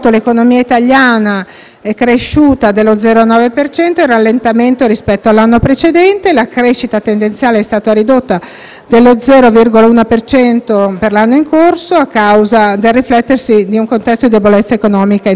è cresciuta dello 0,9 per cento, in rallentamento rispetto all'anno precedente. La crescita tendenziale è stata ridotta dello 0,1 per cento per l'anno in corso a causa del riflettersi di un contesto di debolezza economica internazionale,